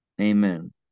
Amen